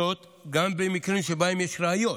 זאת, גם במקרים שבהם יש ראיות